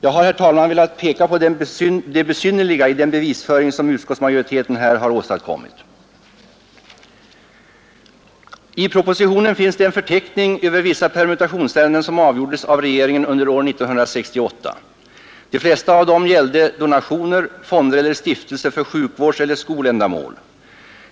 Jag har, herr talman, velat peka på det besynnerliga i den bevisföring som utskottsmajoriteten här har åstadkommit. I propositionen finns en förteckning över vissa permutationsärenden som avgjordes av regeringen under år 1968. De flesta av dessa gällde donationer, fonder eller stiftelser för sjukvårdseller skoländamål.